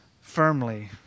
firmly